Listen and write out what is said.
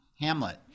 hamlet